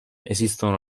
esistono